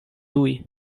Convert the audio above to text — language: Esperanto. tuj